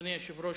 אדוני היושב-ראש,